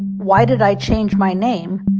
why did i change my name?